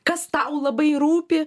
kas tau labai rūpi